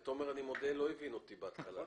תומר, אני מודה, לא הבין אותי בהתחלה.